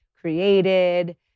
created